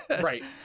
right